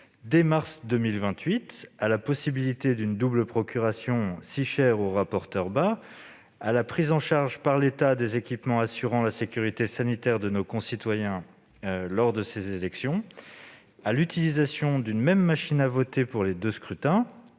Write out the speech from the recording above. dès mars 2028, à la possibilité d'une double procuration, si chère à notre rapporteur Philippe Bas, à la prise en charge par l'État des équipements assurant la sécurité sanitaire de nos concitoyens lors de ces élections, à l'utilisation d'une même machine à voter pour les deux scrutins-